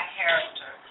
character